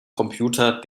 computer